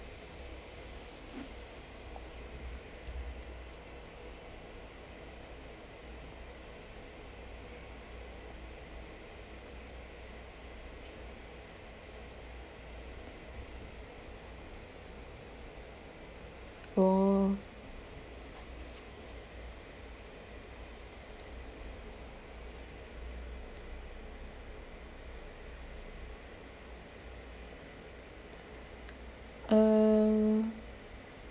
oh uh